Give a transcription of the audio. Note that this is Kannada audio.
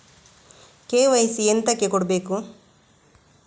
ಕೆ.ವೈ.ಸಿ ಎಂತಕೆ ಕೊಡ್ಬೇಕು?